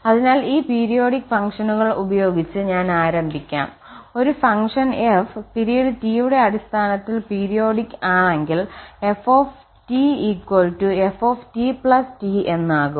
അതിനാൽ ഈ പീരിയോഡിക് ഫങ്ക്ഷനുകൾ ഉപയോഗിച്ച് ഞാൻ ആരംഭിക്കാം ഒരു ഫംഗ്ഷൻ f പിരീഡ് T യുടെ അടിസ്ഥാനത്തിൽ പീരിയോഡിക് ആണെങ്കിൽ f ft T എന്നാകും